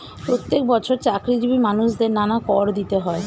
প্রত্যেক বছর চাকরিজীবী মানুষদের নানা কর দিতে হয়